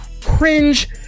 cringe